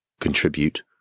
contribute